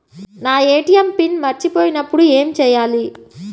నా ATM PIN మరచిపోయినప్పుడు ఏమి చేయాలి?